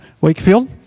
Wakefield